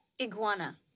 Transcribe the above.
Iguana